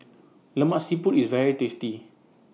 Lemak Siput IS very tasty